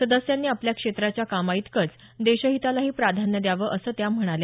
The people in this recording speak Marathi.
सदस्यांनी आपल्या क्षेत्राच्या कामाइतकंच देशहितालाही प्राधान्य द्यावं असं त्या म्हणाल्या